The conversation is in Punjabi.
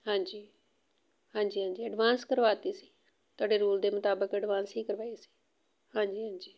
ਹਾਂਜੀ ਹਾਂਜੀ ਹਾਂਜੀ ਐਡਵਾਂਸ ਕਰਵਾ ਤੀ ਸੀ ਤੁਹਾਡੇ ਰੂਲ ਦੇ ਮੁਤਾਬਿਕ ਐਡਵਾਂਸ ਹੀ ਕਰਵਾਈ ਸੀ ਹਾਂਜੀ ਹਾਂਜੀ